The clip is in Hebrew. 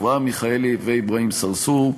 אברהם מיכאלי ואברהים צרצור.